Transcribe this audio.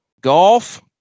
golf